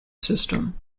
system